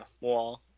wall